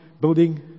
building